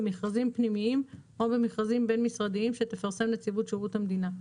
במכרזים פנימיים או במכרזים בין משרדיים שתפרסם נציבות שירות המדינה.